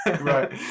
Right